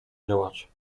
działać